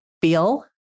feel